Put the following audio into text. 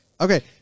Okay